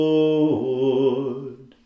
Lord